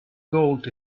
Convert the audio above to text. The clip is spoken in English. gold